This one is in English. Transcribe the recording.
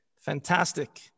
fantastic